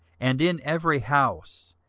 and in every house,